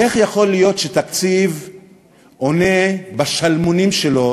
איך יכול להיות שתקציב עונה בשלמונים שלו